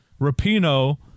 Rapino